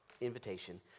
invitation